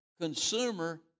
consumer